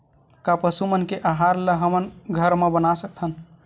का पशु मन के आहार ला हमन घर मा बना सकथन?